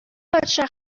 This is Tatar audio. патша